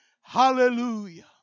Hallelujah